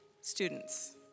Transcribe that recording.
students